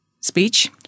speech